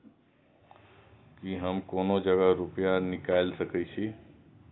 की हम कोनो जगह रूपया निकाल सके छी?